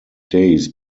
days